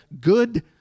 good